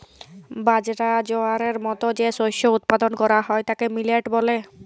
বাজরা, জয়ারের মত যে শস্য উৎপাদল ক্যরা হ্যয় তাকে মিলেট ব্যলে